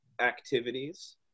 activities